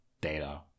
data